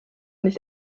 nicht